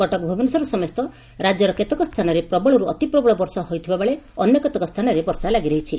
କଟକ ଭୁବନେଶ୍ୱର ସମେତ ରାଜ୍ୟର କେତେକ ସ୍ଚାନରେ ପ୍ରବଳରୁ ଅତି ପ୍ରବଳ ବର୍ଷା ହୋଇଥିବାବେଳେ ଅନ୍ୟ କେତେକ ସ୍ତାନରେ ବର୍ଷା ଲାଗି ରହିଛି